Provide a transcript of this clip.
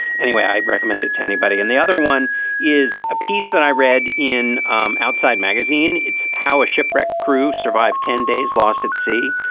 anyway, i recommend it to anybody. and the other one is a piece that i read in um outside magazine. it's how a shipwreck crew survived ten days lost at sea.